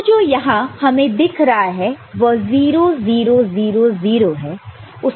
तो जो यहां हमें दिख रहा है वह 0 0 0 0 है